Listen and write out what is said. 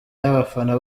y’abafana